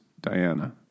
Diana